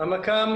המכ"ם